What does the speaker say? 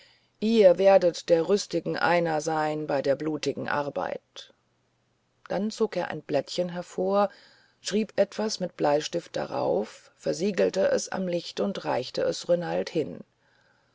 ihr werdet der rüstigsten einer sein bei der blutigen arbeit dann zog er ein blättchen hervor schrieb etwas mit bleistift darauf versiegelte es am licht und reichte es renald hin